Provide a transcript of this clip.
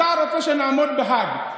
אתה רוצה שנעמוד בהאג,